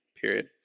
period